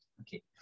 Okay